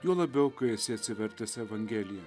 juo labiau kai esi atsivertęs evangeliją